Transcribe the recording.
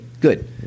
good